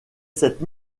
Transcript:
cette